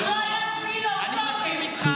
רק לא אחרי 7 באוקטובר.